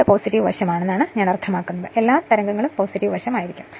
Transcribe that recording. അത് പോസിറ്റീവ് വശം ആണെന്നാണ് ഞാൻ അർത്ഥമാക്കുന്നത് എല്ലാ തരംഗങ്ങളും പോസിറ്റീവ് വശമായിരിക്കും